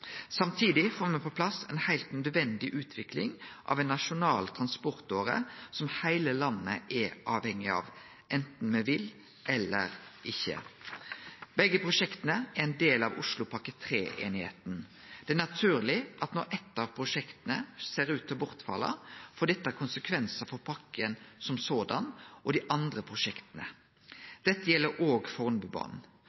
Samtidig får me på plass ei heilt nødvendig utvikling av ei nasjonal transportåre som heile landet er avhengig av, anten me vil eller ikkje. Begge prosjekta er ein del av Oslopakke 3-einigheita. Det er naturleg at når eit av prosjekta ser ut til å falle bort, får det konsekvensar for sjølve pakka og dei andre prosjekta.